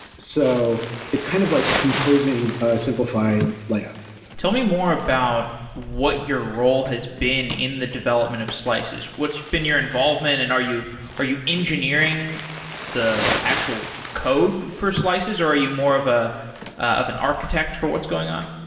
so it's kind of like composing simplified layout tell me more about what your role has been in the development of slices. what's been your involvement and are you are you engineering the actual code for slices, or are you more of ah of an architect for what's going on?